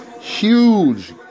Huge